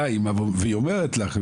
באה אמא והיא אומרת לך,